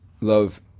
love